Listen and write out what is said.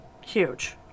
Huge